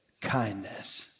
kindness